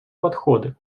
подходы